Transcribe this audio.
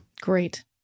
Great